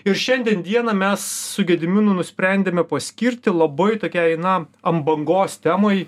ir šiandien dieną mes su gediminu nusprendėme paskirti labai tokiai na ant bangos temai